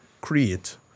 create